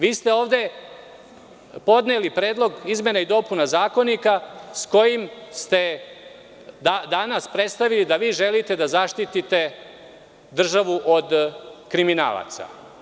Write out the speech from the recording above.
Vi ste ovde podneli Predlog izmena i dopuna Zakonika s kojim ste danas predstavili da želite da zaštitite državu od kriminalaca.